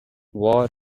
war